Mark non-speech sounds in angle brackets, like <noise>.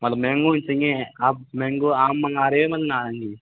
मतलब मैंगो ही चाहिए आप मैंगो आम मंगा रहे है <unintelligible> नारंगी